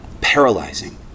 paralyzing